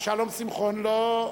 אה, שלום שמחון, לא?